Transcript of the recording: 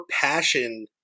passion